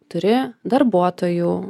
turi darbuotojų